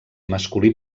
masculí